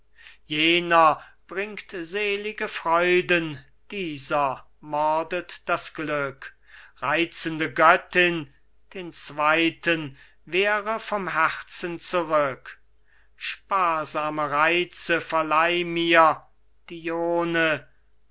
jener bringt selige freuden dieser mordet das glück reizende göttin den zweiten wehre vom herze zurück sparsame reize verleih mir dione